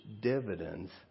dividends